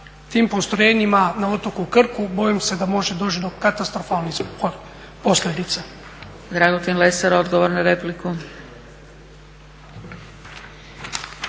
tim postrojenjima na otoku Krku, bojim se da može doći do katastrofalnih posljedica.